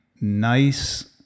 nice